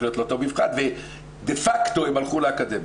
להיות לאותו מבחן ודה פקטו הן הלכו לאקדמיה.